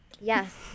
Yes